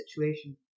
situation